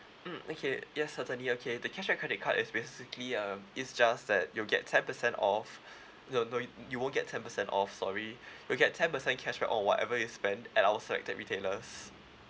mm okay yes certainly okay the cashback credit card is basically um it's just that you'll get ten percent off no no y~ you won't get ten percent off sorry you'll get ten percent cashback on whatever you spend at our selected retailers